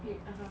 (uh huh)